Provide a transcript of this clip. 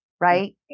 right